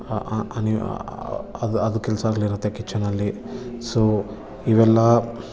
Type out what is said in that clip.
ಅದು ಅದು ಕೆಲಸ ಆಗ್ಲಿರತ್ತೆ ಕಿಚನಲ್ಲಿ ಸೋ ಇವೆಲ್ಲ